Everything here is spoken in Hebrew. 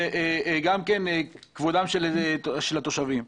וגם כבוד התושבים.